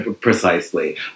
Precisely